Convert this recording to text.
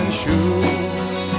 shoes